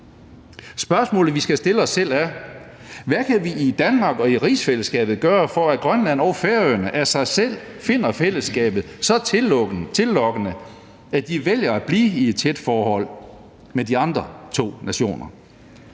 Spørgsmålet, vi skal stille os selv, er: Hvad kan vi i Danmark og i rigsfællesskabet gøre for, at Grønland og Færøerne af sig selv finder fællesskabet så tillokkende, at de vælger at blive i et tæt forhold med de andre to nationer?